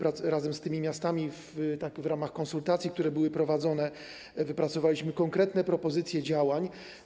Razem z tymi miastami w ramach konsultacji, które były prowadzone, wypracowaliśmy konkretne propozycje działań.